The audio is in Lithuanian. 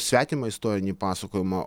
svetimą istorinį pasakojimą